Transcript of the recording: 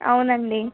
అవునండి